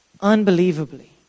unbelievably